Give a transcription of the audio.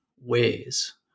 ways